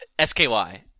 SKY